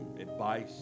advice